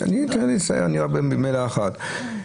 אני אסיים במילה אחת,